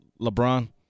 LeBron